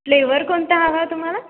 flavour कोणता हवा तुम्हाला